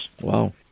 Wow